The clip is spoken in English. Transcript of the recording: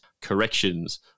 corrections